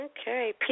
Okay